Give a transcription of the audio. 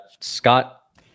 Scott